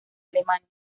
alemania